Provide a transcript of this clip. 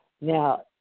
Now